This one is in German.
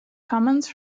commons